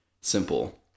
simple